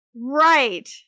Right